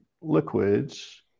liquids